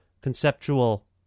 conceptual